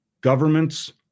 governments